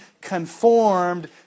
conformed